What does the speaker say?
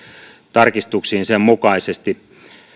tarkistuksiin sen mukaisesti